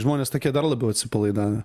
žmonės tokie dar labiau atsipalaidavę